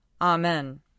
Amen